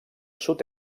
sud